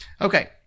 Okay